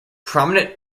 prominent